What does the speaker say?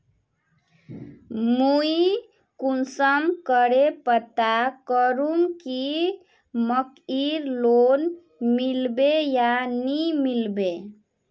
मुई कुंसम करे पता करूम की मकईर लोन मिलबे या नी मिलबे?